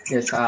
Yes